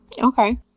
okay